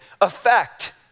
effect